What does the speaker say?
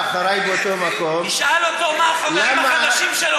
שאתה מחכה לשאלת הבהרה.